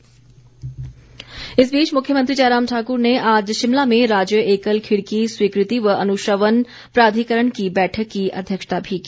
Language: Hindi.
बैठक इस बीच मुख्यमंत्री जयराम ठाक्र ने आज शिमला में राज्य एकल खिड़की स्वीकृति व अनुश्रवण प्राधिकरण की बैठक की अध्यक्षता भी की